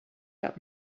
out